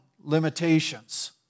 limitations